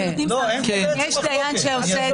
יש דיין שעושה את זה.